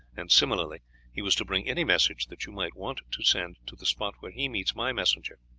and similarly he was to bring any message that you might want to send to the spot where he meets my messenger.